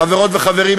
חברות וחברים,